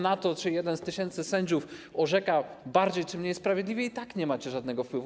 Na to, czy jeden z tysięcy sędziów orzeka bardziej czy mniej sprawiedliwie, i tak nie macie żadnego wpływu.